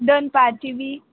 दनपारची बी